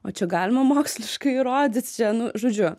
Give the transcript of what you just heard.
o čia galima moksliškai įrodyt čia nu žodžiu